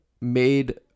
made